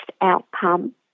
outcome